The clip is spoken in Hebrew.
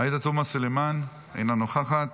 עאידה תומא סלימאן, אינה נוכחת,